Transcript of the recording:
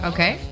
Okay